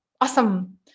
awesome